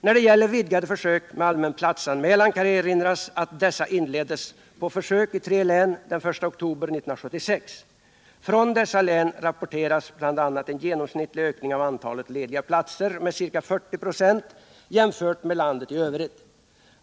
När det gäller vidgade försök med allmän platsanmälan vill jag erinra om att dessa försök inleddes i tre län den 1 oktober 1976. Från dessa län rapporteras bl.a. en genomsnittlig ökning av antalet lediga platser med ca 40 96 jämfört med landet i övrigt.